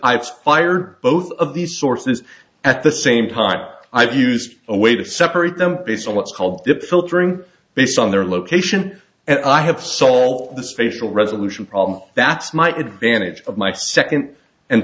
i've fired both of these sources at the same time i've used a way to separate them based on what's called filtering based on their location and i have salt the spatial resolution problem that's my advantage of my second and